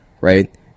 right